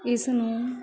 ਇਸ ਨੂੰ